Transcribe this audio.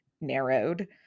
narrowed